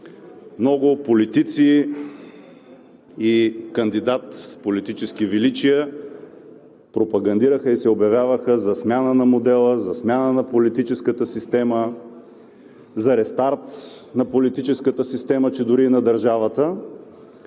много политици и кандидат политически величия пропагандираха и се обявяваха за смяна на модела, за смяна на политическата система, за рестарт на политическата система, че дори и на държавата